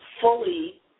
fully